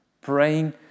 Praying